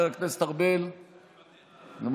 מוותר, חבר הכנסת ארבל, מוותר.